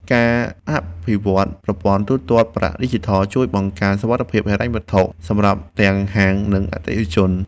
ការអភិវឌ្ឍប្រព័ន្ធទូទាត់ប្រាក់ឌីជីថលជួយបង្កើនសុវត្ថិភាពហិរញ្ញវត្ថុសម្រាប់ទាំងហាង និងអតិថិជន។